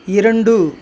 இரண்டு